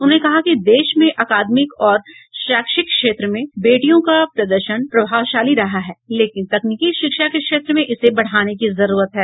उन्होंने कहा कि देश में अकादमिक और शैक्षिक क्षेत्र में बेटियों का प्रदर्शन प्रभावशाली रहा है लेकिन तकनीकी शिक्षा के क्षेत्र में इसे बढ़ाने की जरूरत है